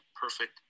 perfect